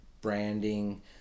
branding